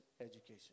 education